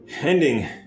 Ending